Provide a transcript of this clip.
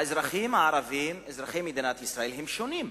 האזרחים הערבים אזרחי מדינת ישראל הם שונים,